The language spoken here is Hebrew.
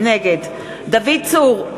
נגד דוד צור,